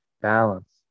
balance